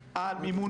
יערערו.